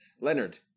Leonard